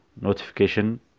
Notification